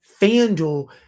Fanduel